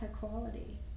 quality